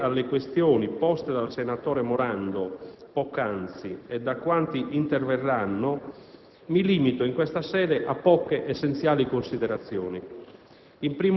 nonché sulle questioni poste dal senatore Morando poc'anzi e da quanti interverranno, mi limito in questa sede a poche essenziali considerazioni.